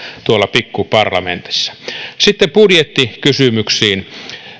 pikkuparlamentissa sitten budjettikysymyksiin